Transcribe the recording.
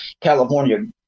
California